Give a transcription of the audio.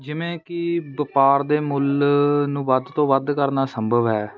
ਜਿਵੇਂ ਕਿ ਵਪਾਰ ਦੇ ਮੁੱਲ ਨੂੰ ਵੱਧ ਤੋਂ ਵੱਧ ਕਰਨਾ ਸੰਭਵ ਹੈ